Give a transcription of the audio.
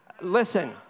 Listen